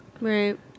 Right